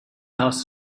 house